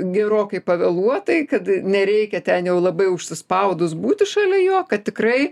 gerokai pavėluotai kad nereikia ten jau labai užsispaudus būti šalia jo kad tikrai